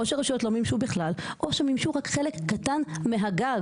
או שרשויות לא מימשו בכלל או שמימשו רק חלק קטן מהגג,